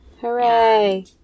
Hooray